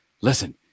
listen